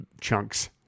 chunks